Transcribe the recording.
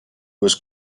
was